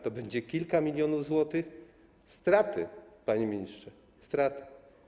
To będzie kilka milionów złotych straty, panie ministrze, straty.